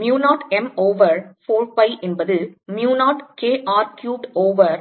Mu 0 m over 4 pi என்பது mu 0 K R cubed over